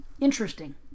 Interesting